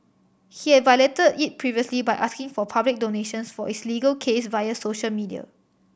he had violated it previously by asking for public donations for his legal case via social media